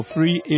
Free